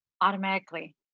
automatically